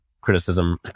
criticism